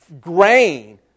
grain